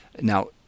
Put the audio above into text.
Now